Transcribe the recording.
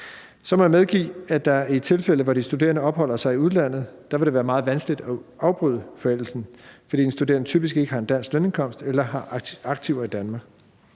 Så må jeg medgive, at det i de tilfælde, hvor de studerende opholder sig i udlandet, vil være meget vanskeligt at afbryde forældelsen, fordi den studerende typisk ikke har en dansk lønindkomst eller har aktiver i Danmark.